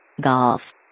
Golf